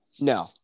No